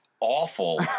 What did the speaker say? awful